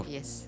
Yes